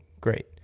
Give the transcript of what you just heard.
great